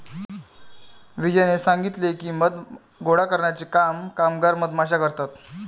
विजयने सांगितले की, मध गोळा करण्याचे काम कामगार मधमाश्या करतात